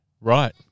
Right